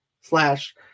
slash